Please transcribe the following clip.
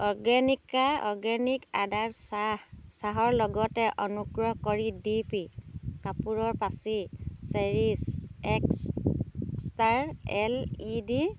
অৰ্গেনিকা organic আদাৰ চাহ চাহৰ লগতে অনুগ্ৰহ কৰি ডি পি কাপোৰৰ পাচি series X star L E D